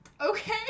Okay